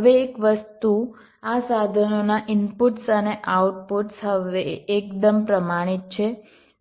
હવે એક વસ્તુ આ સાધનોના ઇનપુટ્સ અને આઉટપુટ્સ હવે એકદમ પ્રમાણિત છે